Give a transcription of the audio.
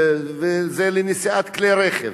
וזה לנסיעת כלי רכב.